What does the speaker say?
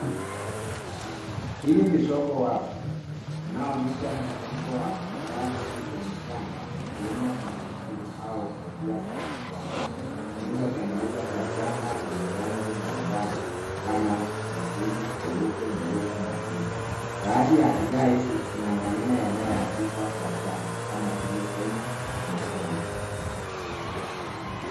Hili ni soko wazi, inayoonyesha mkusanyiko wa bidhaa nyingi zenye shanga zikiwemo vikuku au kofia za kichwani zilizotengenezwa kwa shanga zenye rangi mbalimbali kama nyekundu, nyeupe, nyeusi na buluu. Baadhi ya bidhaa hizi zina maneno yanayoandikwa kwa shanga kama vile Kenya na kema.